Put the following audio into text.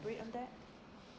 bit on that